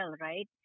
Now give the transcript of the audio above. right